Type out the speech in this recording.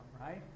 right